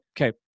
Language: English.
Okay